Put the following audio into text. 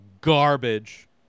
Garbage